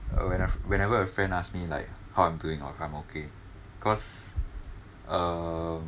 uh when a friend whenever a friend ask me like how I'm doing or if I'm okay cause uh